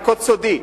עם קוד סודי.